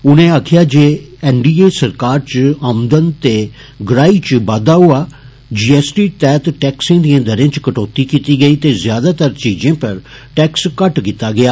उनें आक्खेआ जे एन डी ए सरकार च औंदन ते गराही च बाद्दा होआ जी एस टी तैहत टैक्स दिए दरें च कटोती कीती गेई ते ज्यादातर चीजें पर टैक्स घट्ट कीता गेआ